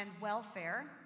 welfare